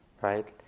right